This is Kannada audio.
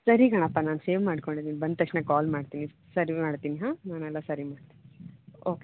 ಸರಿ ಕಣಪ್ಪ ನಾನು ಸೇವ್ ಮಾಡ್ಕೊಂಡಿದೀನಿ ಬಂದ ತಕ್ಷಣ ಕಾಲ್ ಮಾಡ್ತೀನಿ ಸರಿ ಮಾಡ್ತೀನಿ ಹಾಂ ನಾನೆಲ್ಲ ಸರಿ ಮಾಡ್ತೀನಿ ಓಕೆ